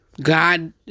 God